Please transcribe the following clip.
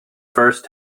first